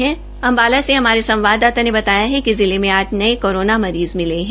हरियाण से हमारे संवाददाता ने बताया कि जिले में आठ नये कोरोना मरीज़ मिले है